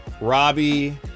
Robbie